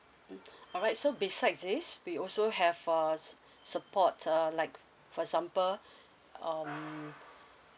mm alright so besides is we also have for us supports um like for example um